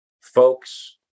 folks